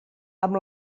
amb